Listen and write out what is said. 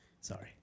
Sorry